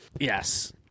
Yes